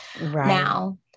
Now